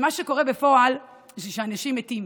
ומה שקורה בפועל זה שאנשים מתים.